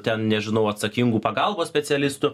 ten nežinau atsakingų pagalbos specialistų